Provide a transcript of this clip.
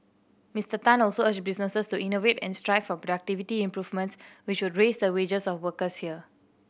Mister Tan also urged businesses to innovate and strive for productivity improvements which would raise the wages of workers here